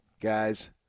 guys